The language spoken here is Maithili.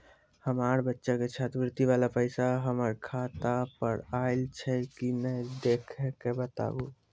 हमार बच्चा के छात्रवृत्ति वाला पैसा हमर खाता पर आयल छै कि नैय देख के बताबू?